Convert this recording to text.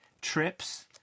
trips